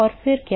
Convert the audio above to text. और फिर क्या